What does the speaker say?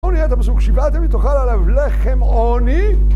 בואו נראה את הפסוק, שיבעתם לי תאכל עליו לחם עוני